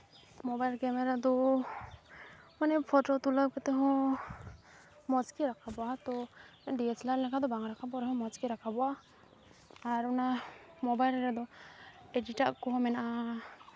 mobile camera ᱫᱚ ᱢᱟᱱᱮ photo ᱛᱩᱞᱟᱹᱣ ᱠᱟᱛᱮᱫ ᱦᱚᱸ ᱢᱚᱡᱽ ᱜᱮ ᱨᱟᱠᱟᱵᱚᱜᱼᱟ ᱛᱚ ᱰᱤᱭᱮᱥᱮᱞᱟᱨ ᱞᱮᱠᱟᱫᱚ ᱵᱟᱝ ᱨᱟᱠᱟᱵᱚᱜ ᱨᱮᱦᱚᱸ ᱢᱚᱡᱽ ᱜᱮ ᱨᱟᱠᱟᱵᱚᱜᱼᱟ ᱟᱨ ᱚᱱᱟ ᱢᱳᱵᱟᱭᱤᱞ ᱨᱮᱫᱚ ᱮᱰᱤᱴᱟᱜ ᱠᱚᱦᱚᱸ ᱢᱮᱱᱟᱜᱼᱟ